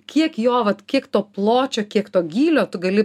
kiek jo vat kiek to pločio kiek to gylio tu gali